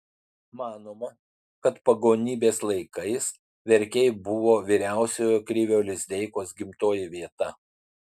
manoma kad pagonybės laikais verkiai buvo vyriausiojo krivio lizdeikos gimtoji vieta